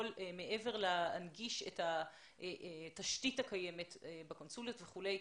מעבר להנגשת התשתית הקיימת בקונסוליות וכולי,